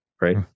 right